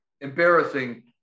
embarrassing